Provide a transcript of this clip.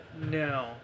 No